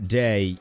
day